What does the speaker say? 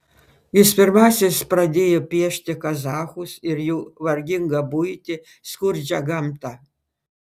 jis pirmasis pradėjo piešti kazachus ir jų vargingą buitį skurdžią gamtą